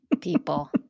people